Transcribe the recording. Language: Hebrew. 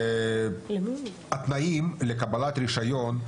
התנאים לקבלת רישיון,